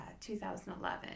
2011